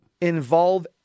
involve